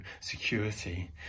security